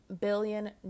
billion